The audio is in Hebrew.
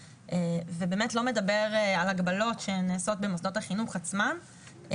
ובאמת לא מדבר על הגבלות שנעשות במוסדות החינוך עצמם,